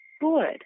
good